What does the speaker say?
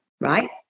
right